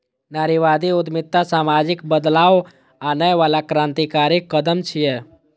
नारीवादी उद्यमिता सामाजिक बदलाव आनै बला क्रांतिकारी कदम छियै